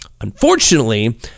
Unfortunately